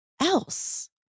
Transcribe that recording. else